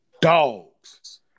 dogs